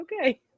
okay